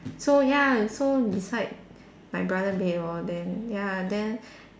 so ya so beside my brother bed lor then ya then